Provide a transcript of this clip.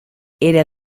era